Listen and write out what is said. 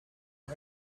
had